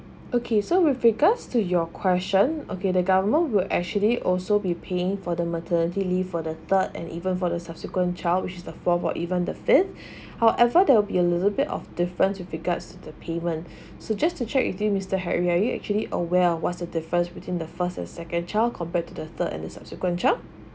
okay so with regards to your question okay the government will actually also be paying for the maternity leave for the third and even for the subsequent child which is the fourth or even the fifth however there will be a little bit of difference with regards the payment so just to check with you mister harry are you actually aware of what's the difference between the first and second child compared to the third and the subsequent child